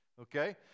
okay